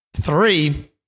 Three